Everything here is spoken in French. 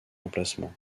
emplacement